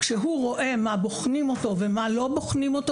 כשהוא רואה על מה בוחנים אותו ועל מה לא בוחנים אותו